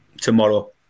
tomorrow